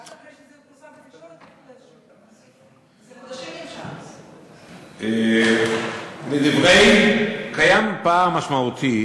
רק אחרי שזה פורסם בתקשורת, 4. קיים פער משמעותי